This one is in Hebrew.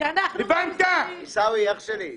מי שמדבר - אתה אוהב את החיים יותר ממני?